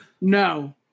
No